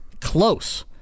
close